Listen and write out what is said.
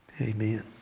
Amen